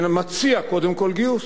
מציע קודם כול גיוס.